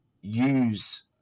use